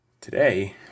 today